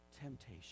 temptation